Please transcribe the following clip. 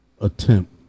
attempt